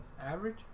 average